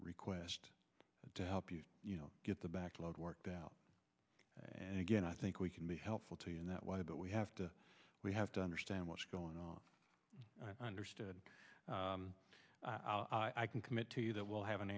request to help you you know get the backlog worked out and again i think we can be helpful to you in that way but we have to we have to understand what's going on understood i can commit to you that we'll have an